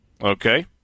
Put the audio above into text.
Okay